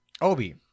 Obi